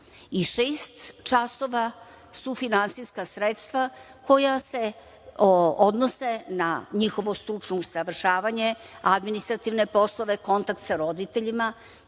časova su finansijska sredstva koja se odnose na njihovo stručno usavršavanje, administrativne poslove, kontakt sa roditeljima